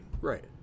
Right